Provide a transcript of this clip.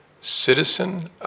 citizen